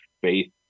faith